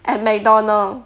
at mcdonald